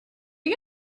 you